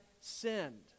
sinned